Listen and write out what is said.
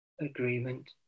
agreement